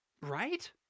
right